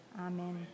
Amen